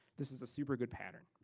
this is a super good pattern.